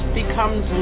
becomes